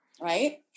right